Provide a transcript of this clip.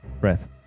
breath